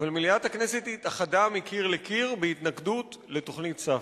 אבל מליאת הכנסת התאחדה מקיר לקיר בהתנגדות לתוכנית ספדיה.